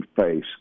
face